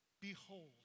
Behold